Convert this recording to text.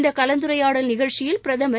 இந்த கலந்துரையாடல் நிகழ்ச்சியில் பிரதமர்